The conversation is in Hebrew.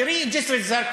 תראי את ג'סר-א-זרקא: